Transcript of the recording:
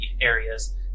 areas